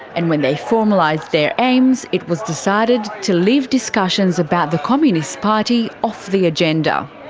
and when they formalised their aims, it was decided to leave discussions about the communist party off the agenda.